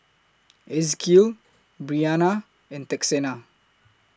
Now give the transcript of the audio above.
Ezekiel Bryanna and Texanna